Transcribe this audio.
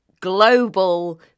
global